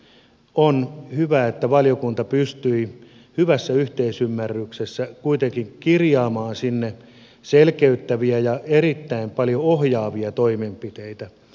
on hyvä että valiokunta pystyi hyvässä yhteisymmärryksessä kuitenkin kirjaamaan sinne selkeyttäviä ja erittäin paljon ohjaavia toimenpiteitä